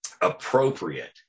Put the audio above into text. appropriate